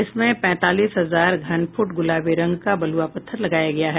इसमें पैंतालीस हजार घनफुट गुलाबी रंग का बलुआ पत्थर लगाया गया है